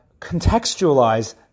contextualize